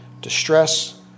distress